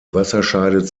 wasserscheide